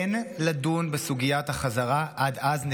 אין לדון בסוגיית החזרה עד אז.